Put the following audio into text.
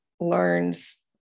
learns